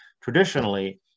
traditionally